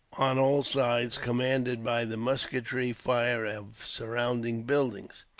on all sides, commanded by the musketry fire of surrounding buildings.